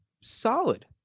solid